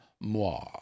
moi